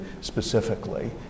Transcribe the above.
specifically